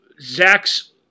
Zach's